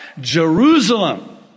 Jerusalem